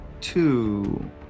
two